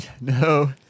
No